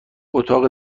اتاق